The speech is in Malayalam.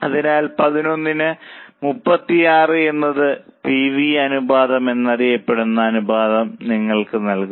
അതിനാൽ 11 ന് 36 എന്നത് PV അനുപാതം എന്നറിയപ്പെടുന്ന അനുപാതം നിങ്ങൾക്ക് നൽകും